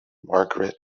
margaret